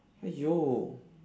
!aiyo!